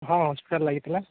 ହଁ ହସ୍ପିଟାଲ୍ ଲାଗିଥିଲା